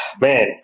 man